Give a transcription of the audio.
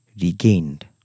regained